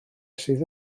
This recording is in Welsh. sydd